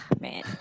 Man